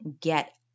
get